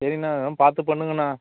சரிங்கண்ணா எதாவது பார்த்து பண்ணுங்கண்ணா